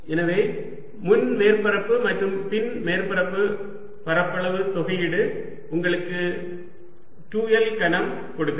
எனவே முன் மேற்பரப்பு மற்றும் பின்புற மேற்பரப்பு பரப்பளவு தொகையீடு உங்களுக்கு 2 L கனம் கொடுக்கிறது